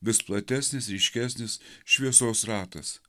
vis platesnis ryškesnis šviesos ratas